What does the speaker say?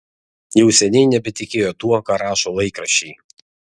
jau seniai nebetikėjo tuo ką rašo laikraščiai